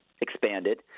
expanded